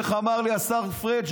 איך אמר לי השר פריג',